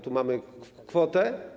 Tu mamy kwotę.